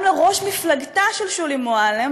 גם לראש מפלגתה של שולי מועלם,